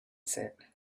said